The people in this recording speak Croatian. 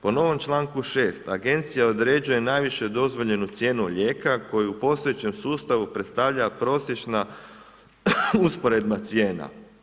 Po novom članku 6. agencija određuje najviše dozvoljenu cijenu lijeka koju u postojećem sustavu predstavlja prosječna usporedba cijena.